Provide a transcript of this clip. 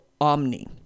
Omni